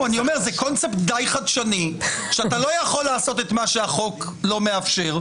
אני יודע שזה קונספט די חדשני שאתה לא יכול לעשות את מה שהחוק לא מאפשר.